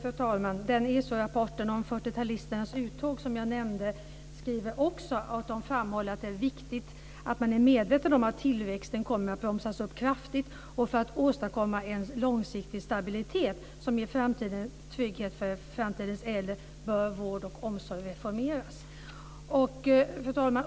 Fru talman! I den ESO-rapport om 40-talisternas uttåg som jag nämnde framhåller man också att det är viktigt att man är medveten om att tillväxten kommer att bromsas upp kraftigt. För att åstadkomma en långsiktig stabilitet som ger trygghet för framtidens äldre bör vård och omsorg reformeras, säger man. Fru talman!